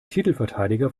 titelverteidiger